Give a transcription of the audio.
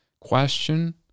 question